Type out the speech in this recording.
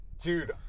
Dude